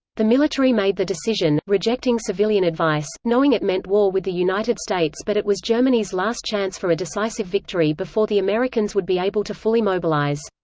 the military made the decision, rejecting civilian advice, knowing it meant war with the united states but it was germany's last chance for a decisive victory before the americans would be able to fully mobilize.